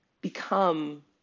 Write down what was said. become